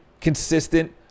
Consistent